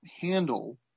handle